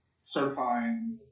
certifying